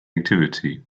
activity